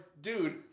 dude